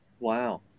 wow